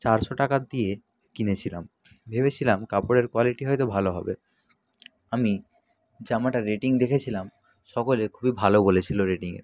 চারশো টাকা দিয়ে কিনেছিলাম ভেবেছিলাম কাপড়ের কোয়ালিটি হয়তো ভালো হবে আমি জামাটার রেটিং দেখেছিলাম সকলে খুবই ভালো বলেছিল রেটিংয়ে